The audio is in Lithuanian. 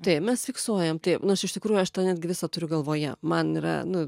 taip mes fiksuojam taip nors iš tikrųjų aš tą netgi visa turiu galvoje man yra nu